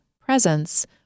presence